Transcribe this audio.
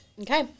Okay